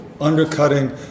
undercutting